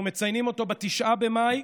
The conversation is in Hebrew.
אנחנו מציינים אותו ב-9 במאי,